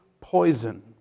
poison